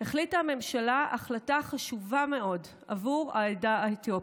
החליטה הממשלה החלטה חשובה מאוד עבור העדה האתיופית.